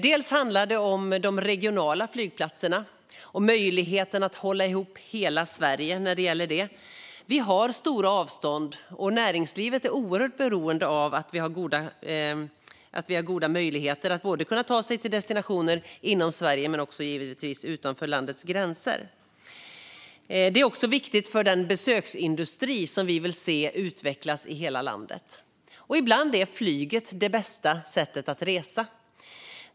Det handlar bland annat om de regionala flygplatserna och möjligheten att hålla ihop hela Sverige. Vi har stora avstånd, och näringslivet är oerhört beroende av att vi har goda möjligheter att ta oss till destinationer både inom Sverige och utanför landets gränser. Det är också viktigt för den besöksindustri som vi vill se utvecklas i hela landet. Ibland är flyget det bästa sättet att resa.